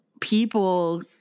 people